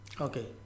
Okay